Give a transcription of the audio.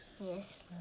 Yes